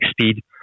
speed